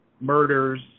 murders